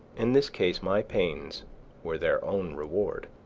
in this case my pains were their own reward.